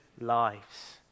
lives